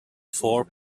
four